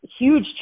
huge